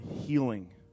healing